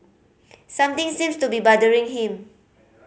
something seems to be bothering him